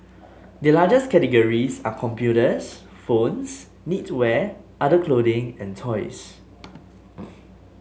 the largest categories are computers phones knitwear other clothing and toys